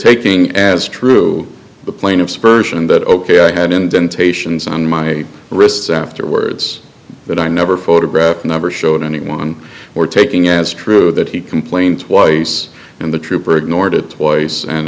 taking as true the plaintiff's persion that ok i had indentations on my wrists afterwards that i never photographed never showed anyone or taking as true that he complained twice and the trooper ignored it twice and